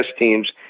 teams